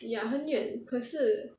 ya 很远可是